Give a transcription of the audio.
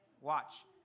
Watch